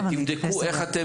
ותבדקו איך אתם